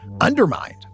undermined